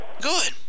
Good